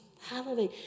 Hallelujah